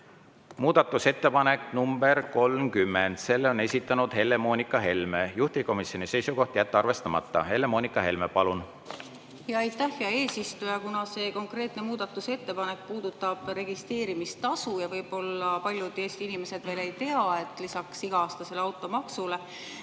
Muudatusettepanek nr 30, selle on esitanud Helle-Moonika Helme, juhtivkomisjoni seisukoht: jätta arvestamata. Helle-Moonika Helme, palun! Aitäh, hea eesistuja! See konkreetne muudatusettepanek puudutab registreerimistasu. Võib-olla paljud Eesti inimesed veel ei tea, et lisaks iga-aastasele automaksule